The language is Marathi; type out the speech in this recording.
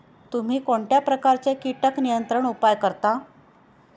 तुम्ही कोणत्या प्रकारचे कीटक नियंत्रण उपाय वापरता?